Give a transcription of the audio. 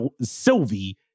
Sylvie